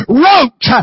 wrote